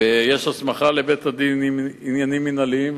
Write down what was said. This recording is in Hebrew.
ויש הסמכה לבית-הדין לעניינים מינהליים.